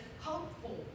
hopeful